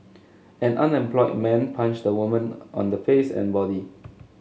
an unemployed man punched the woman on the face and body